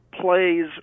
plays